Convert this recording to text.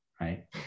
right